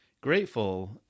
grateful